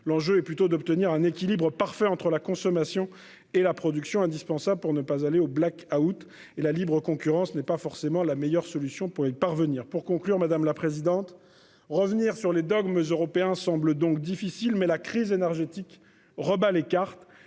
L'enjeu est plutôt d'obtenir un équilibre parfait entre la consommation et la production indispensable pour ne pas aller au Black Out et la libre-concurrence n'est pas forcément la meilleure solution pour y parvenir pour conclure madame la présidente. Revenir sur les dogmes européens semble donc difficile mais la crise énergétique rebat les cartes